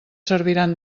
serviran